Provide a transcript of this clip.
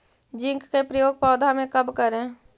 Zinc के प्रयोग पौधा मे कब करे?